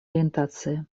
ориентации